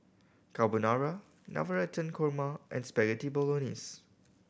Carbonara Navratan Korma and Spaghetti Bolognese